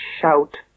shout